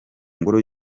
ngoro